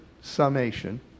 summation